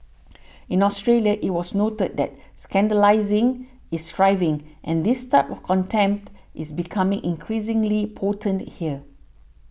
in Australia it was noted that scandalising is thriving and this type of contempt is becoming increasingly potent there